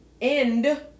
end